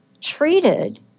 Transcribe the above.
treated